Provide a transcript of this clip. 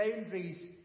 boundaries